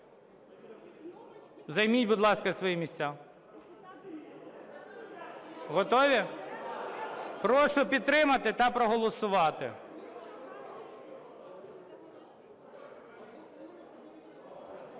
Займіть, будь ласка, свої місця? Готові? Прошу підтримати та проголосувати.